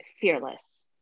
fearless